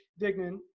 Dignan